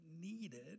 needed